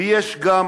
ויש גם